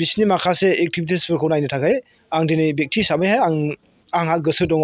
बिसोरनि माखासे एक्टिभिटिसफोरखौ नायनो थाखाय आं दिनै बेक्ति हिसाबैहाय आं आंहा गोसो दङ